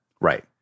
right